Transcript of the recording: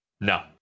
No